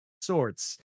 sorts